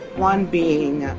one being